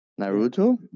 Naruto